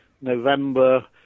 November